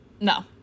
No